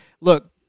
look